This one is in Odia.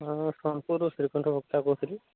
ହଁ ସୋନପୁରରୁ ଶ୍ରୀଖଣ୍ଡ ଗୁପ୍ତା କହୁଥିଲି